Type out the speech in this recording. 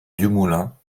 dumoulin